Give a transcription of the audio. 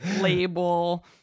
label